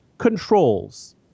controls